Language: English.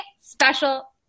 special